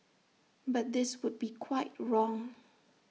but this would be quite wrong